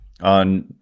on